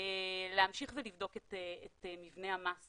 להמשיך ולבדוק את מבנה המס